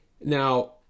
Now